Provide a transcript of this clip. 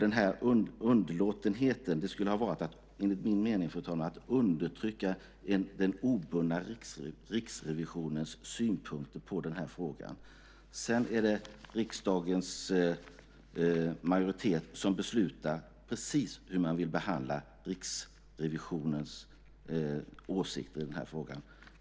Underlåtenheten skulle enligt min mening, fru talman, ha varit att undertrycka den obundna Riksrevisionens synpunkter på den här frågan. Sedan är det riksdagens majoritet som beslutar hur den vill behandla Riksrevisionens åsikter i frågan.